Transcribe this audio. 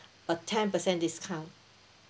a ten percent discount